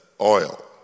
oil